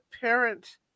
parent